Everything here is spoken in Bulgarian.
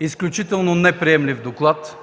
изключително неприемлив доклад,